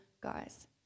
guys